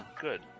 Good